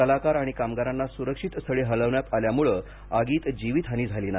कलाकार आणि कामगारांना सुरक्षित स्थळी हलवण्यात आल्यामुळं आगीत जीवित हानी झाली नाही